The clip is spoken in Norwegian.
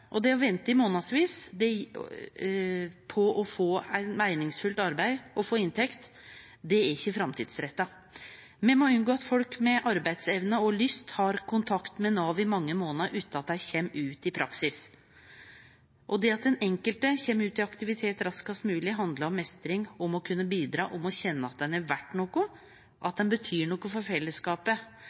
Det å vente i månadsvis på å få eit meiningsfullt arbeid og ei inntekt er ikkje framtidsretta. Me må unngå at folk med arbeidsevne og -lyst har kontakt med Nav i mange månader utan at dei kjem ut i praksis. Det at den enkelte kjem ut i aktivitet raskast mogleg, handlar om meistring og om å kunne bidra og kjenne at ein er verdt noko, at ein betyr noko for fellesskapet.